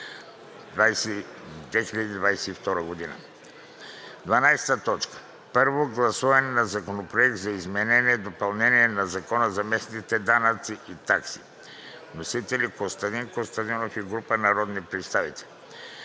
2022 г. 12. Първо гласуване на Законопроекта за изменение и допълнение на Закона за местните данъци и такси. Вносители са Костадин Костадинов и група народни представители